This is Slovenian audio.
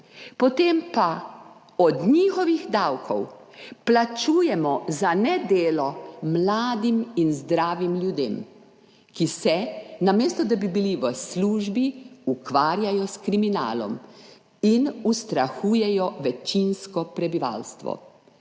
potem pa od njihovih davkov plačujemo za nedelo mlade in zdrave ljudi, ki se, namesto da bi bili v službi, ukvarjajo s kriminalom in ustrahujejo večinsko prebivalstvo.